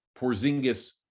Porzingis